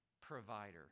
provider